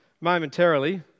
momentarily